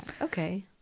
okay